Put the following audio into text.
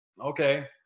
Okay